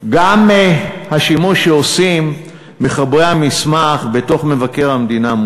גם השימוש שעושים מחברי המסמך בדוח מבקר המדינה,